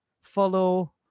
follow